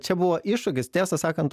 čia buvo iššūkis tiesą sakant